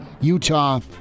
Utah